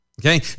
Okay